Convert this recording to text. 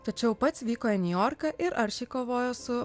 tačiau pats vyko į niujorką ir aršiai kovojo su